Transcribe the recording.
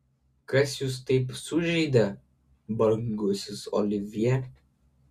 kas jūs taip sužeidė brangusis olivjė